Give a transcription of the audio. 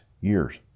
years